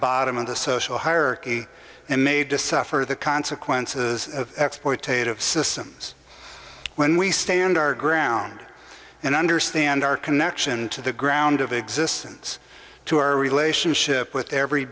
bottom of the social hierarchy and made to suffer the consequences of exploitation systems when we stand our ground and understand our connection to the ground of existence to our relationship with every